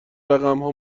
رقمها